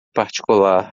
particular